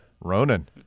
Ronan